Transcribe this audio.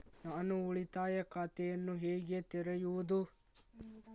ನಾನು ಉಳಿತಾಯ ಖಾತೆಯನ್ನು ಹೇಗೆ ತೆರೆಯುವುದು?